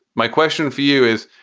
my question for you is,